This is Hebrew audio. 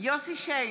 יוסף שיין,